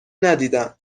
ندیدم